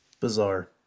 Bizarre